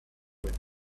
with